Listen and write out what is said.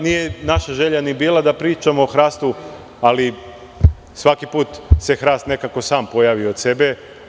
Nije naša želja ni bila da pričamo o hrastu, ali svaki put se hrast nekako sam pojavi od sebe.